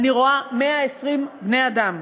אני רואה 120 בני-אדם.